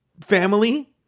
family